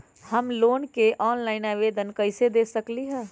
हम लोन के ऑनलाइन आवेदन कईसे दे सकलई ह?